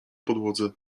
podłodze